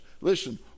Listen